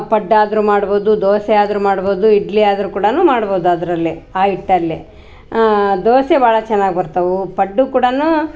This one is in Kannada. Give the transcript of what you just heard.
ಪಡ್ಡಾದರೂ ಮಾಡ್ಬೋದು ದೋಸೆ ಆದರೂ ಮಾಡ್ಬೋದು ಇಡ್ಲಿ ಆದರೂ ಕೂಡಾನು ಮಾಡ್ಬೋದು ಅದರಲ್ಲಿ ಆ ಹಿಟ್ಟಲ್ಲಿ ದೋಸೆ ಭಾಳ ಚೆನ್ನಾಗಿ ಬರ್ತವು ಪಡ್ಡು ಕೂಡಾನು